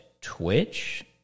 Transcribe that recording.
Twitch